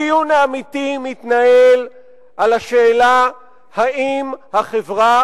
הדיון האמיתי מתנהל על השאלה אם החברה